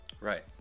Right